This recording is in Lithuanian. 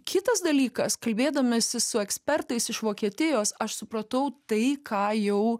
kitas dalykas kalbėdamiesi su ekspertais iš vokietijos aš supratau tai ką jau